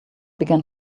began